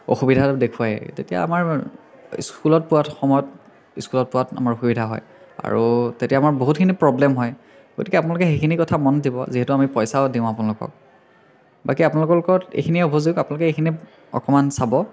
অসুবিধা দেখুৱায় তেতিয়া আমাৰ স্কুলত পোৱা সময়ত স্কুলত পোৱাত আমাৰ অসুবিধা হয় আৰু তেতিয়া আমাৰ বহুতখিনি প্ৰব্লেম হয় গতিকে আপোনালোকে সেইখিনি কথা মন দিব যিহেতু আমি পইচাও দিওঁ আপোনালোকক বাকী আপোনালোকৰ লগত এইখিনিয়েই অভিযোগ আপোনালোকে এইখিনি অকণমান চাব